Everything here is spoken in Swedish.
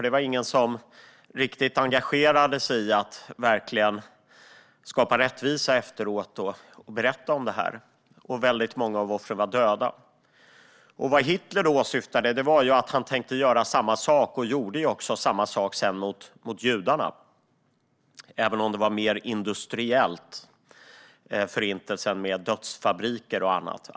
Det var ingen som engagerade sig i att verkligen skapa rättvisa efteråt och berätta om det, och väldigt många av offren var döda. Vad Hitler syftade på var att han tänkte göra samma sak, vilket han också gjorde mot judarna, även om Förintelsen var mer industriell med dödsfabriker och annat.